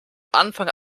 anfang